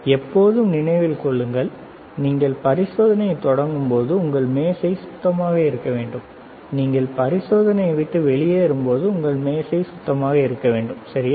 எப்போதும் நினைவில் கொள்ளுங்கள் நீங்கள் பரிசோதனையைத் தொடங்கும்போது உங்கள் மேசை சுத்தமாக இருக்க வேண்டும் நீங்கள் பரிசோதனையை விட்டு வெளியேறும்போது உங்கள் மேசை சுத்தமாக இருக்க வேண்டும் சரியா